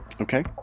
Okay